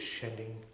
shedding